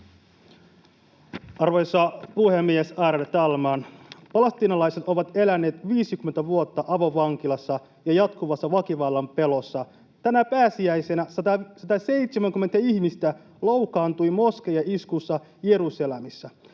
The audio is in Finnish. Arvoisa puhemies, ärade talman! Palestiinalaiset ovat eläneet 50 vuotta avovankilassa ja jatkuvassa väkivallan pelossa. Tänä pääsiäisenä 170 ihmistä loukkaantui moskeijaiskussa Jerusalemissa.